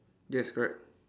yes correct